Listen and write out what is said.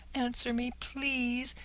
answer me, please!